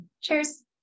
Cheers